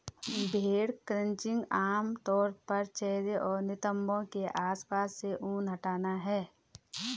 भेड़ क्रचिंग आम तौर पर चेहरे और नितंबों के आसपास से ऊन हटाना है